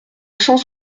cent